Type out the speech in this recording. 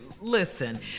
listen